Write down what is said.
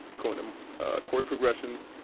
go into chord progressions,